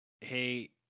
hey